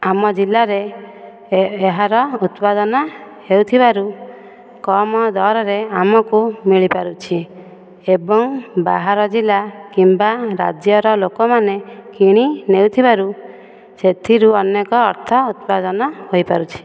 ଆମ ଜିଲ୍ଲାରେ ଏହାର ଉତ୍ପାଦନ ହେଉଥିବାରୁ କମ ଦରରେ ଆମକୁ ମିଳିପାରୁଛି ଏବଂ ବାହାର ଜିଲ୍ଲା କିମ୍ବା ରାଜ୍ୟର ଲୋକମାନେ କିଣି ନେଉଥିବାରୁ ସେଥିରୁ ଅନେକ ଅର୍ଥ ଉତ୍ପାଦନ ହୋଇପାରୁଛି